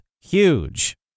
huge